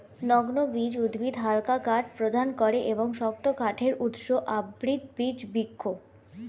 নগ্নবীজ উদ্ভিদ হালকা কাঠ প্রদান করে এবং শক্ত কাঠের উৎস আবৃতবীজ বৃক্ষ